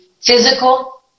physical